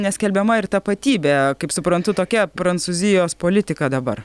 neskelbiama ir tapatybė kaip suprantu tokia prancūzijos politika dabar